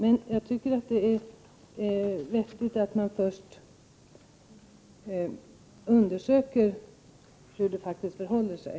Men jag tycker att det är vettigt att man först undersöker hur det faktiskt förhåller sig.